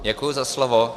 Děkuji za slovo.